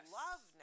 love